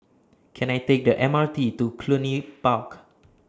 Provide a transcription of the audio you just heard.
Can I Take The M R T to Cluny Park